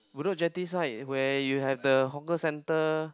Bedok-Jetty side where you have the hawker centre